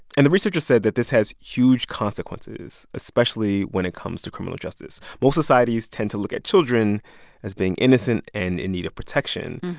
and the researchers said that this has huge consequences, especially when it comes to criminal justice. most societies tend to look at children as being innocent and in need of protection.